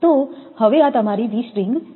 તો હવે આ તમારી વી સ્ટ્રિંગ છે